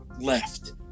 left